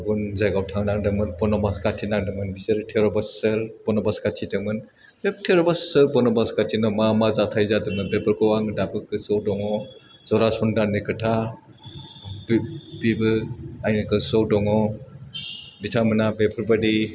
गुबुन जायगायाव थांनांदोंमोन बन'बाश खाथिनांदोमोन बिसोर तेर' बोसोर बन'बाश खाथिदोंमोन बे तेर' बोसोर बन'बाश खाथिनायाव मा मा जाथाइ जादोंमोन बेफोरखौ आङो दाबो गोसोआव दङ जरा सन्धाननि खोथा बे बेबो आंनि गोसोआव दङ बिथांमोनहा बेफोरबायदि